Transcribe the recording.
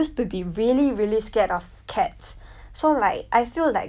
so like I feel like going to her house really changed my impression of cat lor